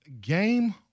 game